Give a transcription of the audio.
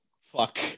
fuck